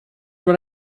what